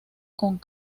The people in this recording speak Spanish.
con